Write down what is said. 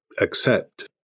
accept